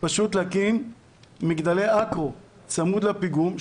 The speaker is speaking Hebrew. להקים מגדלי אקרו צמוד לפיגום,